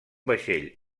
vaixell